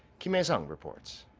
kim hyesung reports.